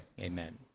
amen